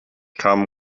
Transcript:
kamen